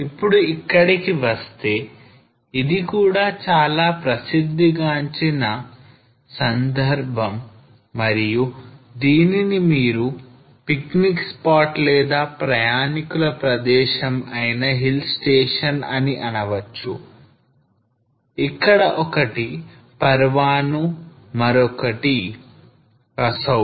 ఇప్పుడు ఇక్కడికి వస్తే ఇది కూడా చాలా ప్రసిద్ధి గాంచిన సందర్భం మరియు దీనిని మీరు పిక్నిక్ స్పాట్ లేదా ప్రయాణికుల ప్రదేశం అయిన hill station అని అనవచ్చు ఇక్కడ ఒక్కటి Parwanoo మరొకటి Kasauli